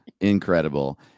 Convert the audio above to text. incredible